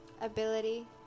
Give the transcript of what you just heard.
ability